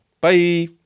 Bye